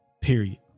period